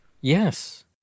Yes